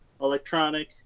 electronic